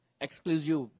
exclusive